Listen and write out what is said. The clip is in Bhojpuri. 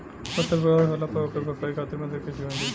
फसल बर्बाद होला पर ओकर भरपाई खातिर मदद कइसे मिली?